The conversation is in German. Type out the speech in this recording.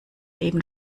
eben